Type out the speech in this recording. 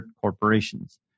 corporations